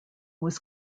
was